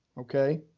okay